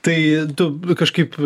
tai tu kažkaip